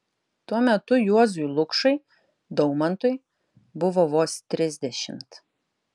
tuo metu juozui lukšai daumantui buvo vos trisdešimt